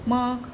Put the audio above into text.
मग